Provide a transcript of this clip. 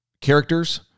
characters